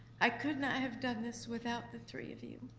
i could not have done this without the three of you.